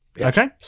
Okay